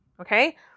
Okay